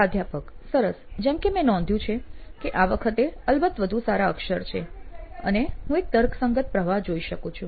પ્રાધ્યાપક સરસ જેમ કે મેં નોંધ્યું છે કે આ વખતે અલબત્ત વધુ સારા અક્ષર છે અને હું એક તર્કસંગત પ્રવાહ જોઈ શકું છું